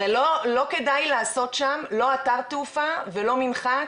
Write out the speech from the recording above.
הרי לא כדאי לעשות שם, לא אתר תעופה, ולא מנחת